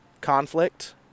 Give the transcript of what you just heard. conflict